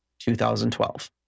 2012